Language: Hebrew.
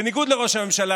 בניגוד לראש הממשלה,